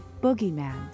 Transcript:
Boogeyman